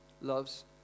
loves